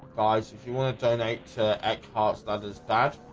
guys if you want to donate to a car that is bad